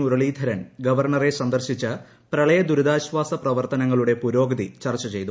മുരുള്ടീധര്ൻ ഗവർണറെ സന്ദർശിച്ച് പ്രളയദൂരിതാശ്ചാസ ്പ്രവർത്തനങ്ങളുടെ പുരോഗതി ചർച്ച ചെയ്തു